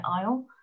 aisle